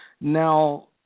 Now